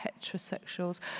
heterosexuals